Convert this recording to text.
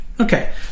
Okay